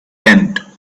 tent